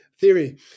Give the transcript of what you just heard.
theory